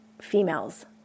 females